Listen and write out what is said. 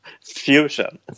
Fusion